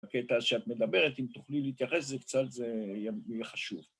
‫הקטע שאת מדברת, אם תוכלי ‫להתייחס לזה קצת, זה יהיה חשוב.